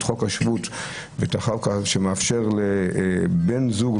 חוק השבות ואת החוק שמאפשר לבן זוג,